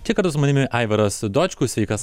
čia kartu su manimi aivaras dočkus sveikas